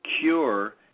cure